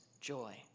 joy